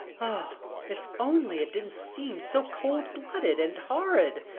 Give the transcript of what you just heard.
oh! if only it didn't seem so cold-blooded and horrid,